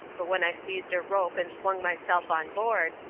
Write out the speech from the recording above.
but when i seized a rope and swung myself on board,